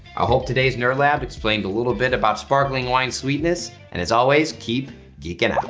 i hope today's nerd lab explained a little bit about sparkling wine sweetness and as always, keep geeking out.